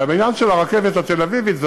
בעניין של הרכבת התל-אביבית,